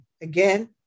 again